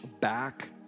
Back